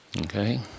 okay